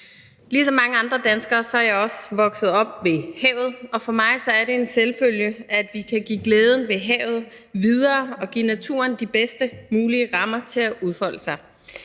Ligesom mange andre danskere er jeg også vokset op ved havet, og for mig er det en selvfølge, at vi kan give glæden ved havet videre og give naturen de bedst mulige rammer til at udfolde sig.